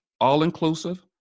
all-inclusive